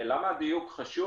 למה הדיוק חשוב?